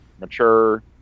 mature